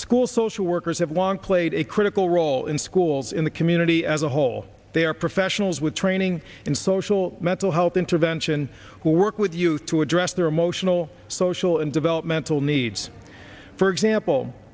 school social workers have long played a critical role in schools in the community as a whole they are professionals with training in social mental health intervention who work with you to address their gentle social and developmental needs for example